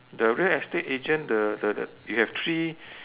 the real estate agent the the the you have three